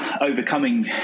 overcoming